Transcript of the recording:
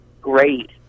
great